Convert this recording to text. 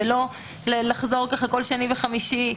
ולא לחזור כל שני וחמישי,